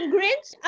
Grinch